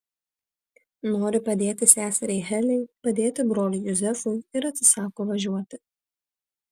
nori padėti seseriai heliai padėti broliui juzefui ir atsisako važiuoti